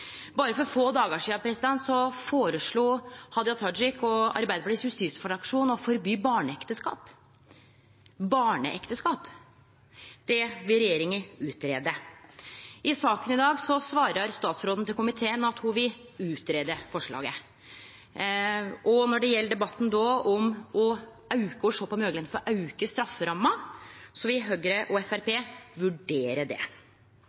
Berre for få dagar sidan føreslo Hadia Tajik og justisfraksjonen i Arbeidarpartiet å forby barneekteskap. Barneekteskap – det vil regjeringa greie ut! I saka i dag svarar statsråden til komiteen at forslaget bør «utredes». Og når det gjeld debatten om å sjå på moglegheitene for å auke strafferamma, vil Høgre og Framstegspartiet «vurdere» det.